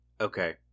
okay